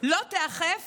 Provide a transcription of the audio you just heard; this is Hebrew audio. לא תיאכף